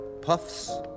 puffs